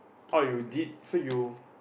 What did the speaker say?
oh you did so you